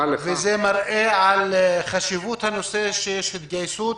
וזה מראה על חשיבות הנושא שיש התגייסות,